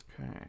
Okay